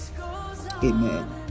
Amen